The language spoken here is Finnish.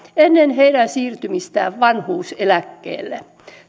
ennen heidän siirtymistään vanhuuseläkkeelle